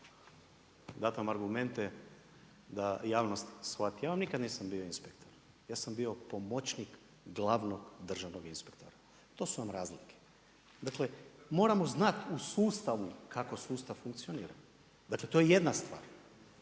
dat vam argumente da javnost shvati. Ja vam nikad nisam bio inspektor. Ja sam bio pomoćnik glavnog državnog inspektora. To su vam razlike. Dakle, moramo znat u sustavu kako sustav funkcionira. Dakle, to je jedna stvar.